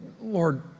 Lord